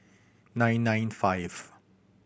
nine nine five